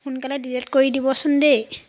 সোনকালে ডিলিট কৰি দিবচোন দেই